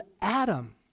Adam